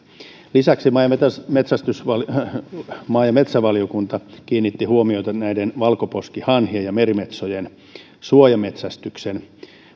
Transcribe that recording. lisäksi maa ja metsävaliokunta kiinnitti huomiota näiden valkoposkihanhien ja merimetsojen suojametsästyksen